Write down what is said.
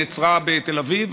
נעצרה בתל אביב,